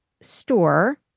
store